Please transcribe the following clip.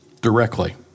directly